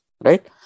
Right